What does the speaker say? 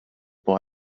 boy